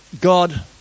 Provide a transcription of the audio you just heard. God